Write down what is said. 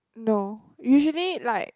no usually like